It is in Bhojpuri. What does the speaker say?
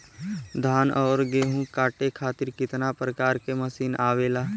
धान और गेहूँ कांटे खातीर कितना प्रकार के मशीन आवेला?